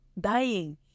dying